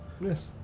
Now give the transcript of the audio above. Yes